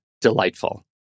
delightful